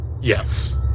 Yes